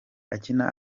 akina